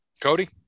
Cody